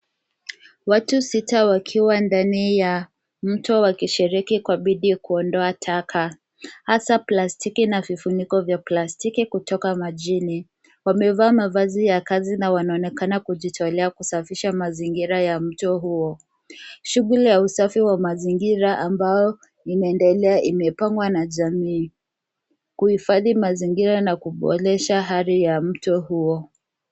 Watu sita wakiwa ndani ya mto wakishiriki kwa bidii kuondoa taka hasa plastiki na vifuniko vya plastiki kutoka majini. Wamevaa mavazi ya kazi na wanaonekana kujitolea kusafisha mazingira ya mto huo. Shughuli ya usafi wa mazingira ambao ni maendeleo imepangwa na jamii, kuhifadhi mazingira na kuboresha hali ya mto huo.